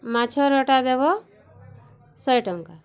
ମାଛରଟା ଦେବ ଶହେଟଙ୍କା